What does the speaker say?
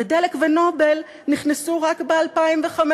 ו"דלק" ו"נובל" נכנסו רק ב-2005,